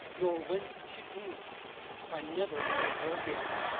nor whence she came i never saw her again,